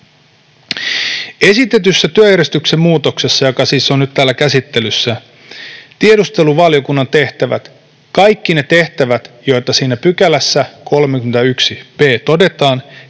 Esitetyssä työjärjestyksen muutoksessa, joka siis on nyt täällä käsittelyssä, tiedusteluvaliokunnan tehtävät, kaikki ne tehtävät, joita siinä 31 b §:ssä todetaan,